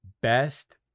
best